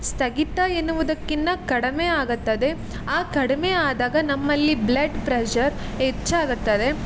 ಸ್ಥಗಿತ ಎನ್ನುವುದಕ್ಕಿಂತ ಕಡಿಮೆ ಆಗತ್ತದೆ ಆ ಕಡಿಮೆ ಆದಾಗ ನಮ್ಮಲ್ಲಿ ಬ್ಲಡ್ ಪ್ರೆಶರ್ ಹೆಚ್ಚಾಗತ್ತದೆ